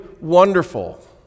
wonderful